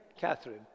Catherine